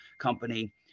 company